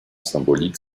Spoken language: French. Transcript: symbolique